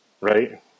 Right